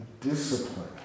discipline